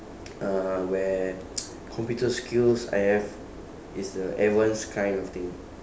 uh where computer skills I have is the advanced kind of thing